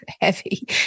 heavy